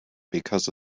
because